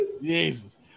Jesus